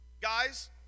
Guys